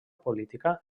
política